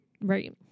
Right